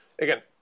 again